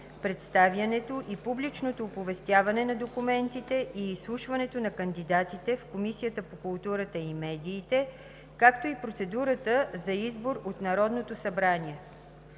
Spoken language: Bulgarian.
представянето и публичното оповестяване на документите и изслушването на кандидатите в Комисията по културата и медиите, както и процедурата за избор от Народното събрание.